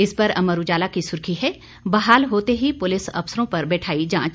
इस पर अमर उजाला की सुर्खी है बहाल होते ही पुलिस अफसरों पर बैठाई जांच